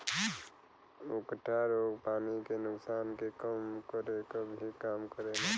उकठा रोग पानी के नुकसान के कम करे क भी काम करेला